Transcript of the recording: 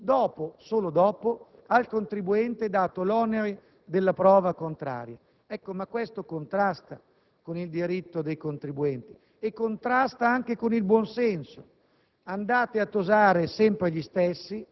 minacciando eventuali controlli; dopo - solo dopo - date al contribuente l'onere della prova contraria. Questo contrasta con il diritto dei contribuenti e contrasta anche con il buonsenso: